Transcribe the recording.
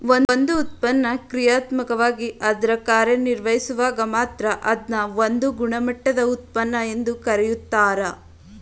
ಒಂದು ಉತ್ಪನ್ನ ಕ್ರಿಯಾತ್ಮಕವಾಗಿ ಅದ್ರ ಕಾರ್ಯನಿರ್ವಹಿಸುವಾಗ ಮಾತ್ರ ಅದ್ನ ಒಂದು ಗುಣಮಟ್ಟದ ಉತ್ಪನ್ನ ಎಂದು ಕರೆಯುತ್ತಾರೆ